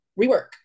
rework